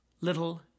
little